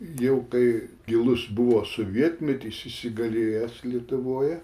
jau kai gilus buvo sovietmetis įsigalėjęs lietuvoje